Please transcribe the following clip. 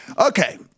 Okay